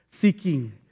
seeking